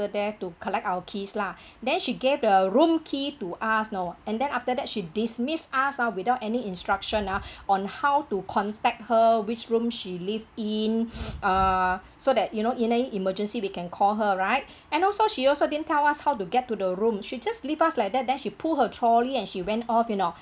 there to collect our keys lah then she gave the room key to us know and then after that she dismissed us ah without any instruction ah on how to contact her which room she lived in err so that you know in an emergency we can call her right and also she also didn't tell us how to get to the room she just leave us like that then she pulled her trolley and she went off you know